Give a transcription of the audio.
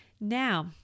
Now